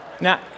Now